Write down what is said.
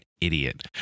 idiot